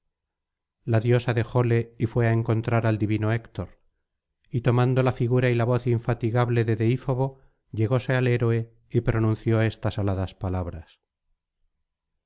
la diosa dejóle y fué á encontrar al divino héctor y tomando la figuray la voz infatigable de deífobo llegóse al héroe y pronunció estas aladas palabras